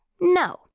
No